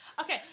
Okay